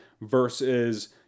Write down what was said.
versus